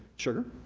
sugar.